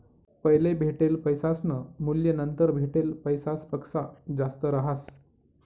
पैले भेटेल पैसासनं मूल्य नंतर भेटेल पैसासपक्सा जास्त रहास